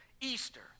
Easter